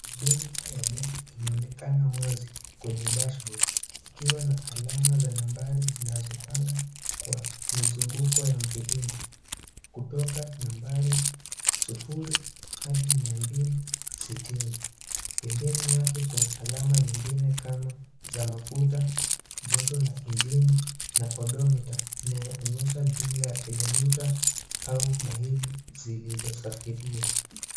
Spidometa ya gari inaonekana wazi kwenye dashibodi ikiwa na alama za nambari zinazopanga kwa mizunguko ya mviringo; kutoka nambari sufuri hadi mia mbili sitini. Pembeni yake kuna alama nyingine kama za mafuta, joto la injini na odometa inayoonyesha jumla ya kilomita au maili zilizosafiriwa.